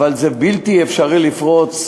אבל זה בלתי אפשרי לפרוץ.